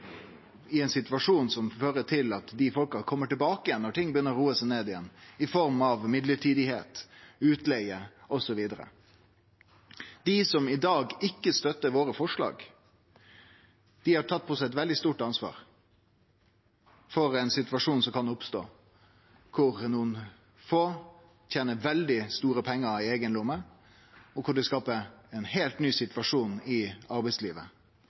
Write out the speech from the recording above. i ein situasjon som fører til at dei folka kjem tilbake når ting begynner å roe seg ned igjen – i form av mellombelse tilsetjingar, utleige osv. Dei som i dag ikkje støttar våre forslag, har tatt på seg eit veldig stort ansvar for ein situasjon som kan oppstå, der nokre få tener veldig store pengar til eiga lomme, og som skaper ein heilt ny situasjon i arbeidslivet.